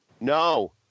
No